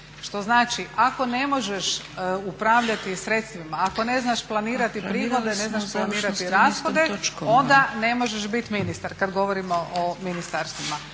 Što znači ako ne možeš upravljati sredstvima, ako ne znaš planirati prihode ne znaš planirati rashode onda ne možeš biti ministar kada govorimo o ministarstvima.